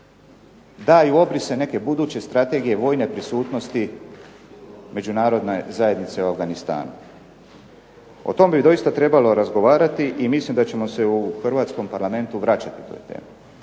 daju obrise neke buduće strategije, vojne prisutnosti Međunarodne zajednice u Afganistanu. O tome bi doista trebalo razgovarati i mislim da ćemo se u hrvatskom Parlamentu vraćati toj temi.